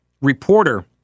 reporter